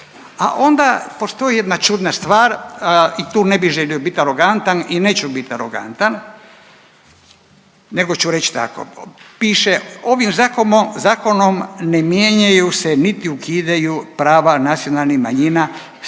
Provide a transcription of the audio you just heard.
a onda postoji jedna čudna stvar i tu ne bi želio biti arogantan i neću biti arogantan nego ću reći tako. Piše ovim zakonom ne mijenjaju se niti ukidaju prava nacionalnih manjina s